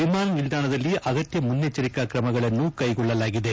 ವಿಮಾನ ನಿಲ್ದಾಣದಲ್ಲಿ ಅಗತ್ಯ ಮುನ್ನೆಚ್ಚರಿಕಾ ಕ್ರಮಗಳನ್ನು ಕೈಗೊಳ್ಳಲಾಗಿದೆ